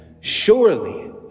surely